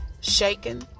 shaken